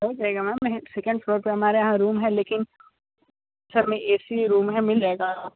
हो जाएगा ma'am second floor पर हमारे यहाँ रूम है लेकिन सब में ए सी ही रूम हैं मिल जाएगा आपको